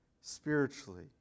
spiritually